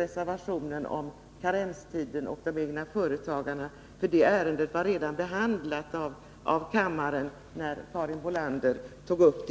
reservationen om karenstiden och de egna företagarna. Det ärendet hade kammaren redan behandlat när Gunhild Bolander tog upp det.